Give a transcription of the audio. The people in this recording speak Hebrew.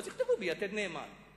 אז יכתבו ב"יתד נאמן".